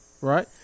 Right